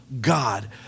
God